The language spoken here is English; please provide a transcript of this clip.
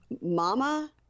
Mama